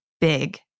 big